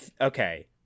okay